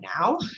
now